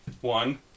one